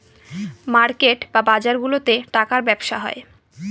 market বা বাজারগুলাতে টাকার ব্যবসা হয়